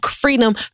Freedom